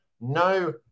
no